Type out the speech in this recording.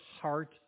heart